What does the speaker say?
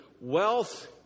Wealth